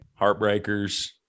Heartbreakers